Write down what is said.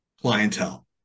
clientele